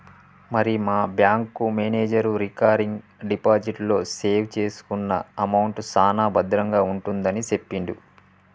మరి మా bank manager recurring deposit లో సేవ్ చేసుకున్న అమౌంట్ సాన భద్రంగా ఉంటుందని సెప్పిండు